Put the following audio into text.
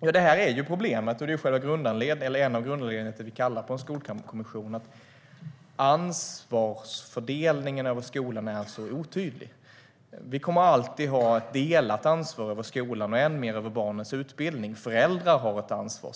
En av de grundläggande anledningarna till att vi kallar in en skolkommission är att ansvarsfördelningen över skolan är otydlig. Det kommer alltid att finnas ett delat ansvar över skolan och än mer över barnens utbildning. Föräldrar har ett ansvar.